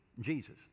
Jesus